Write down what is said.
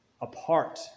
Apart